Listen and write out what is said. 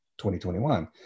2021